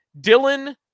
Dylan